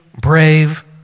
brave